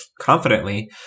confidently